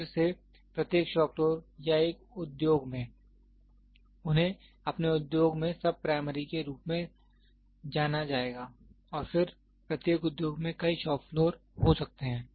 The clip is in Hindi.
फिर से प्रत्येक शॉप फ्लोर या एक उद्योग में उन्हें अपने उद्योग में सब प्राइमरी के रूप में जाना जाएगा और फिर प्रत्येक उद्योग में कई शॉप फ्लोर हो सकते हैं